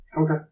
Okay